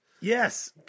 Yes